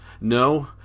No